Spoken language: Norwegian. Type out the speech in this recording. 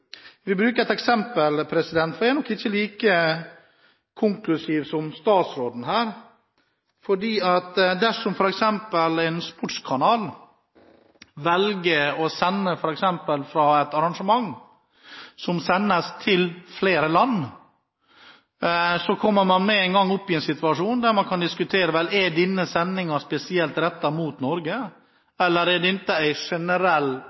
et eksempel, for jeg er nok ikke like konkluderende som statsråden her. Dersom f.eks. en sportskanal som sender til flere land, velger å sende fra et arrangement, kommer man med en gang opp i en situasjon der man kan diskutere: Er denne sendingen spesielt rettet mot